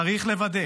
צריך לוודא